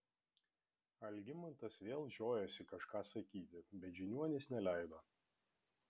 algimantas vėl žiojosi kažką sakyti bet žiniuonis neleido